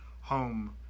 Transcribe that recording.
home